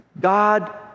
God